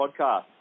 podcast